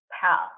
path